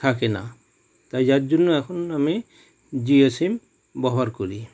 থাকে না তাই যার জন্য এখন আমি জিও সিম ব্যবহার করি